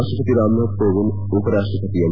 ರಾಷ್ಟಪತಿ ರಾಮನಾಥ್ ಕೋವಿಂದ್ ಉಪ ರಾಷ್ಟಪತಿ ಎಂ